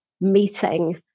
meeting